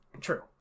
true